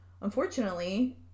Unfortunately